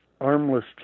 armless